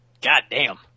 goddamn